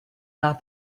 not